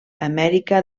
amèrica